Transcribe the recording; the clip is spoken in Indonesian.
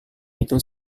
itu